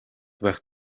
байх